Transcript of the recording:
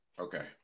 Okay